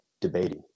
debating